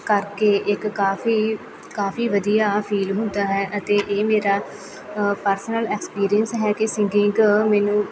ਕਰਕੇ ਇੱਕ ਕਾਫ਼ੀ ਕਾਫ਼ੀ ਵਧੀਆ ਫੀਲ ਹੁੰਦਾ ਹੈ ਅਤੇ ਇਹ ਮੇਰਾ ਪਰਸਨਲ ਐਕਸਪੀਰੀਅਂਸ ਹੈ ਕਿ ਸਿੰਗਿੰਗ ਮੈਨੂੰ